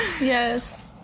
Yes